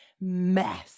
mess